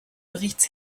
berichts